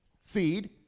seed